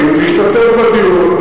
בוועדת הפנים, להשתתף בדיון.